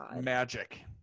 magic